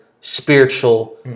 spiritual